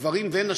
של גברים ונשים,